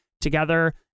together